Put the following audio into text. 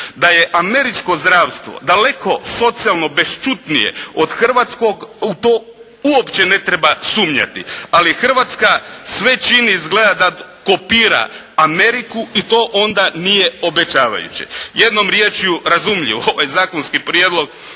da je Američko zdravstvo daleko bešćutnije od Hrvatskog u to uopće ne treba sumnjati ali Hrvatska sve čini izgleda da kopira Ameriku to onda nije obećavajuće, jednom rječju razumljivo, ovaj zakonski prijedlog